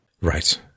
Right